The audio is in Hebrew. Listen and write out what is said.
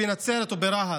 בנצרת או ברהט.